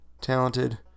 talented